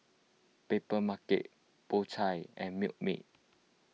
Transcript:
Papermarket Po Chai and Milkmaid